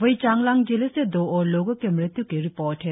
वहीं चांगलांग जिले से दो और लोगों के मृत्य् की रिपोर्ट है